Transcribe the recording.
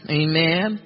amen